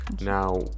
Now